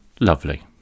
lovely